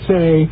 Say